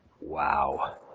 Wow